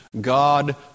God